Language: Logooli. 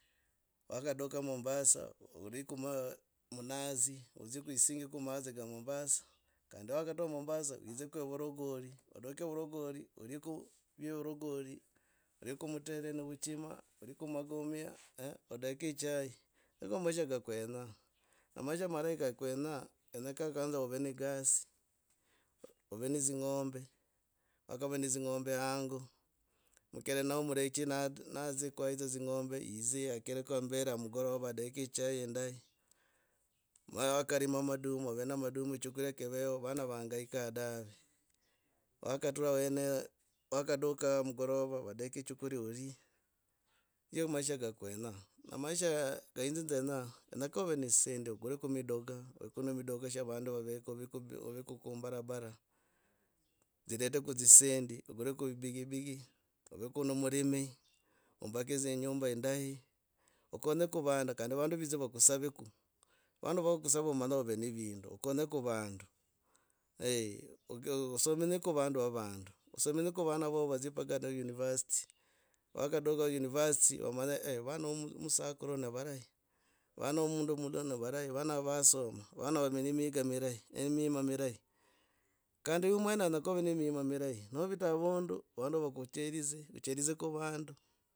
Wakaduka mombasa, uliko ma. munazi. Odzii kwisingako ka mombasa kandi wakatura mombasa widzeko evogori. alieko vye evurogori olieko mutere na vuchima olieko makamia. odeke echo. Niko maisha ka kwenyaa. A maisha marahi ka kwenyaa nika kaanza kuva negasi. ove ne dzing'ombe. wakava ne dzing'ombe. yidzi yagireko amambere amugorova adeke echai yindanyi. Ma wakarima maduma ov na maduma. Choguria kiveho vana vahangaika dave. Wakatura weneo. wakaduka amugorova vadeke choguria. ndio maisha ka kwenyaa. Maisha ka inzi nzeyaa kenyaka ov ne dzisendi. Okureko midoga. Okure midoga sha vandu vaveko, vaveko kumbarabara. Zireteko dzisend. ogureko ebigibi oweko nomulimi umbage dza inyumba yindahi. Okenyeko vana kandi vandu vidza vakusaveku. vandu vakusava omanya ov ne vindu okonyeko vandu. somenyeko vandu va vandu osemenyeko vana vovo vadzie mpaka hata university vakaduka university omanye eeh vana vo musakuru navarahi. Vana vave ne miika mirahi. omima mirahi kandi huyu mwene alako ve mima mirahi. Novita avundu. vandu vakuchorize. ocherizeko vandu